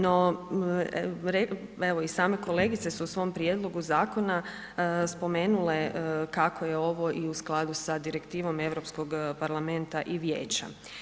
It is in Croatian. No, evo i same kolegice su u svom prijedlogu zakona spomenule kako je ovo i u skladu sa direktivom Europskog parlamenta i Vijeća.